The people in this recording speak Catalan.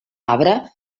arbre